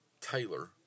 Taylor